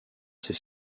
ses